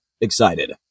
excited